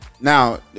now